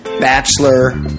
bachelor